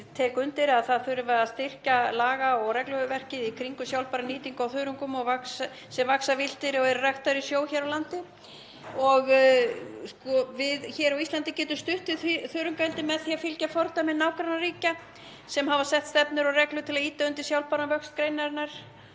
tek undir að það þurfi að styrkja laga- og regluverkið í kringum sjálfbæra nýtingu á þörungum sem vaxa villtir og eru ræktaðir í sjó hér á landi. Við hér á Íslandi getum stutt við þörungaeldi með því að fylgja fordæmi nágrannaríkja sem hafa sett stefnur og reglur til að ýta undir sjálfbæran vöxt greinarinnar.